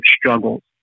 struggles